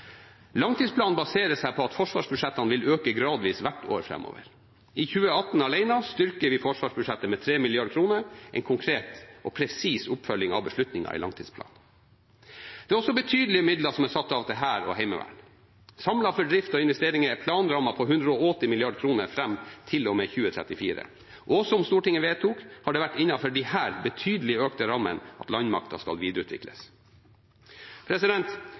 Langtidsplanen baserer seg på at forsvarsbudsjettene vil øke gradvis hvert år framover. I 2018 alene styrker vi forsvarsbudsjettet med 3 mrd. kr, en konkret og presis oppfølging av beslutningene i langtidsplanen. Det er også betydelige midler som er satt av til Hæren og Heimevernet. Samlet for drift og investering er planrammen på 180 mrd. kr fram til og med 2034. Og som Stortinget vedtok, er det innenfor disse betydelig økte rammene landmakten skal